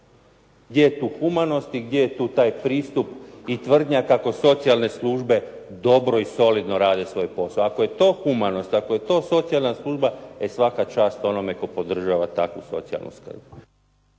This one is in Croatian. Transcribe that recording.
Gdje je tu humanost i gdje je tu taj pristup i tvrdnja kako socijalne službe dobro i solidno rade svoj posao. Ako je to humanost, ako je to socijalna služba, e svaka čast onome tko podržava takvu socijalnu skrb.